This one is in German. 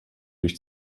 durch